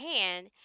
hand